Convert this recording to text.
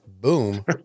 Boom